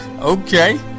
Okay